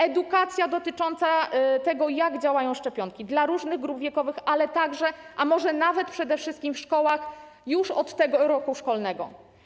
Edukacja dotycząca tego, jak działają szczepionki, dla różnych grup wiekowych, ale także, a może nawet przede wszystkim w szkołach - już od tego roku szkolnego.